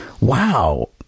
wow